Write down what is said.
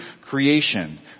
creation